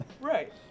right